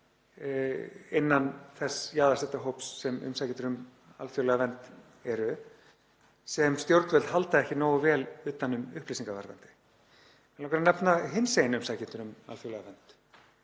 innan þess jaðarsetta hóps sem umsækjendur um alþjóðlega vernd eru og sem stjórnvöld halda ekki nógu vel utan um upplýsingar um. Mig langar að nefna hinsegin umsækjendur um alþjóðlega vernd.